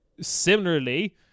Similarly